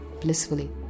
blissfully